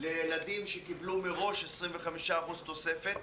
לילדים שקיבלו מראש 25% תוספת,